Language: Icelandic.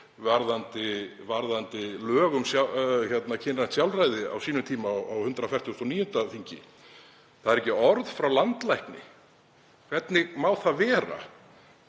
varðandi lög um kynrænt sjálfræði á sínum tíma á 149. þingi. Það er ekki orð frá landlækni. Hvernig má það vera?